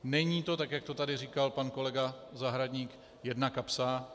Není to tak, jak to tady říkal pan kolega Zahradník, jedna kapsa.